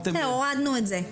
הורדנו את זה.